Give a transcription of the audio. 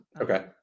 Okay